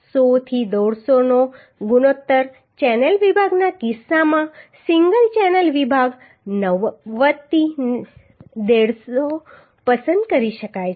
100 થી 150 નો ગુણોત્તર ચેનલ વિભાગના કિસ્સામાં સિંગલ ચેનલ વિભાગ 90 થી 150 પસંદ કરી શકાય છે